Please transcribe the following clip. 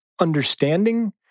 understanding